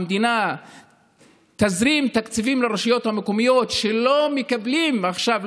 המדינה תזרים תקציבים לרשויות המקומיות שלא מקבלות עכשיו,